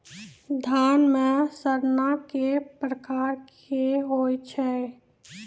धान म सड़ना कै प्रकार के होय छै?